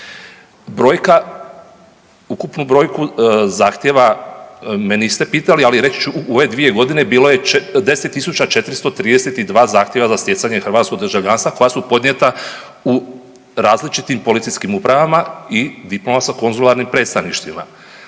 ukupnu brojku zahtjeva me niste pitali ali reći ću ove 2 godine bilo je 10 432 zahtjeva za stjecanje hrvatskog državljanstva koja su podnijeta u različitim policijskim upravama i diplomatsko-konzularnim predstavništvima.